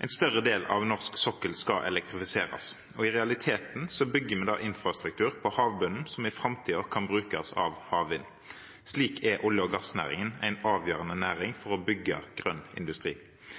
En større del av norsk sokkel skal elektrifiseres. I realiteten bygger vi infrastruktur på havbunnen som i fremtiden kan brukes av havvind. Slik er olje- og gassnæringen en avgjørende næring